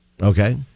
okay